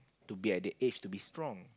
to be at that age to be strong